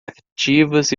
ativas